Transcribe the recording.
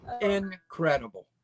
Incredible